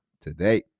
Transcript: today